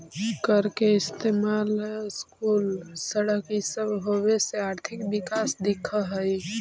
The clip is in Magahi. कर के इस्तेमाल स्कूल, सड़क ई सब पर होबे से आर्थिक विकास दिख हई